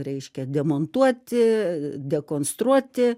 reiškia demontuoti dekonstruoti